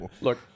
Look